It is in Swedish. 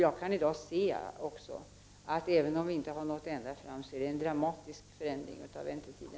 Jag kan i dag se, även om vi inte har nått ända fram, en dramatisk förändring när det gäller väntetiderna.